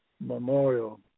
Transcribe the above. memorial